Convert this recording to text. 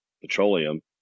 Petroleum